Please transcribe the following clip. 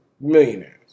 Millionaires